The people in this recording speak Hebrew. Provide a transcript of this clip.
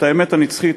את האמת הנצחית,